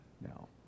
Now